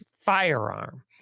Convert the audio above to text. firearm